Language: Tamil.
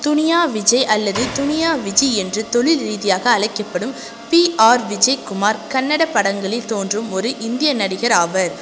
துனியா விஜய் அல்லது துனியா விஜி என்று தொழில் ரீதியாக அழைக்கப்படும் பிஆர் விஜய் குமார் கன்னட படங்களில் தோன்றும் ஒரு இந்திய நடிகர் ஆவர்